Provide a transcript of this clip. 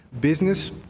Business